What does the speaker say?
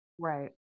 right